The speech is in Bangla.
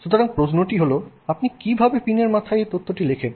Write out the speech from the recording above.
সুতরাং প্রশ্নটি হল আপনি কীভাবে পিনের মাথায় এই তথ্যটি লেখেন